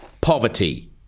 Poverty